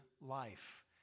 life